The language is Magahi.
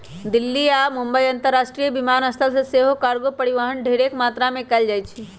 दिल्ली आऽ मुंबई अंतरराष्ट्रीय विमानस्थल से सेहो कार्गो परिवहन ढेरेक मात्रा में कएल जाइ छइ